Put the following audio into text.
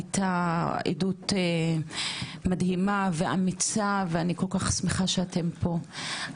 הייתה עדות מדהימה ואמיצה ואני כל כך שמחה שאתם פה,